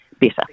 better